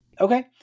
Okay